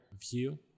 view